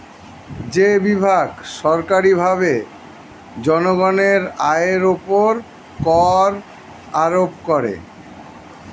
যে বিভাগ সরকারীভাবে জনগণের আয়ের উপর কর আরোপ করে